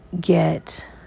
get